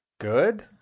Good